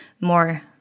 more